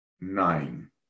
nine